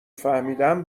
فهمیدم